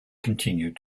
continued